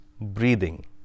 breathing